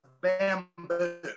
bamboo